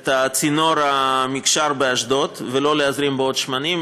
את הצינור המקשר באשדוד ולא להזרים בו עוד שמנים.